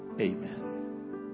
Amen